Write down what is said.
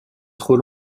trop